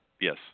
Yes